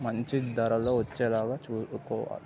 మంచి ధరలు వచ్చేలాగా చూసుకోవాలి